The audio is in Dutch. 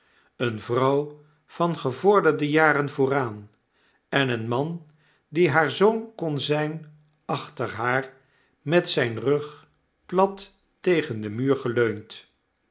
eene vrouw van gevorderde jaren vooraan en een man die haar zoon kon zyn achter haar met zgn rug plat tegen den muur